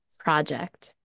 project